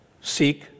Seek